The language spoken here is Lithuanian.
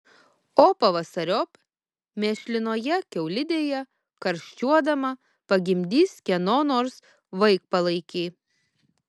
o pavasariop mėšlinoje kiaulidėje karščiuodama pagimdys kieno nors vaikpalaikį